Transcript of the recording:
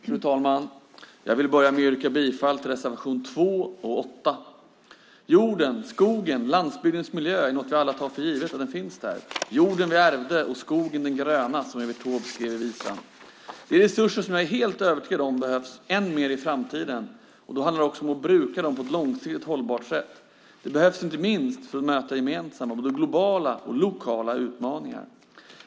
Fru talman! Jag vill börja med att yrka bifall till reservationerna 2 och 8. Jorden, skogen, landsbygdens miljö är något vi alla tar för givet finns där. Jorden vi ärvde och lunden den gröna, som Evert Taube skrev i visan. Det är resurser som jag är helt övertygad om behövs än mer i framtiden, och så handlar det om att bruka dem på ett långsiktigt hållbart sätt. De behövs inte minst för att möta gemensamma globala och lokala utmaningar.